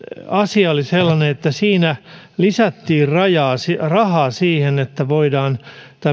asia oli sellainen että siinä lisättiin rahaa siihen että voidaan